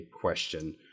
question